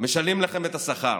משלמים לכם את השכר,